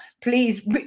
Please